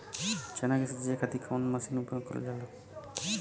चना के सिंचाई खाती कवन मसीन उपयोग करल जाला?